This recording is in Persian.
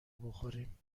بخوریم